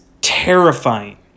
terrifying